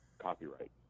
copyright